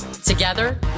Together